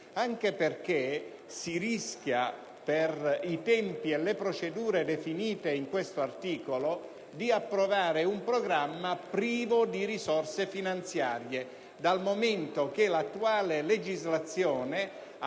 altrimenti, si rischia, per i tempi e le procedure definite in questo articolo, di approvare un programma privo di risorse finanziarie, dal momento che l'attuale legislazione affida